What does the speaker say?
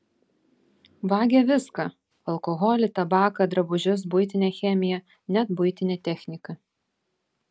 vagia viską alkoholį tabaką drabužius buitinę chemiją net buitinę techniką